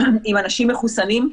עם אנשים מחוסנים,